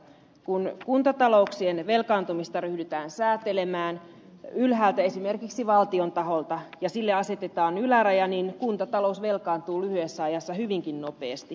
kun kuntatalouksien velkaantumista ryhdytään säätelemään ylhäältä esimerkiksi valtion taholta ja sille asetetaan yläraja niin kuntatalous velkaantuu lyhyessä ajassa hyvinkin nopeasti